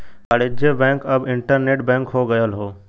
वाणिज्य बैंक अब internet bank हो गयल हौ